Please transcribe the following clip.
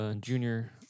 Junior